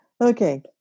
Okay